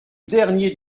dernier